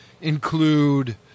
include